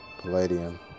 Palladium